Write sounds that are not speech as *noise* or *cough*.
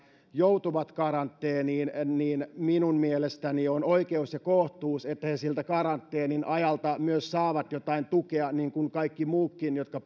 joutuvat karanteeniin niin minun mielestäni on oikeus ja kohtuus että he siltä karanteenin ajalta myös saavat jotain tukea niin kuin kaikki muutkin jotka *unintelligible*